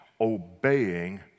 obeying